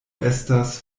estas